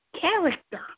character